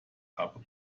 habe